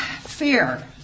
fear